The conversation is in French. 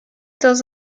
dans